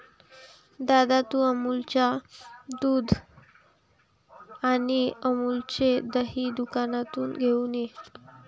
दादा, तू अमूलच्या दुध आणि अमूलचे दही दुकानातून घेऊन ये